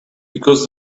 because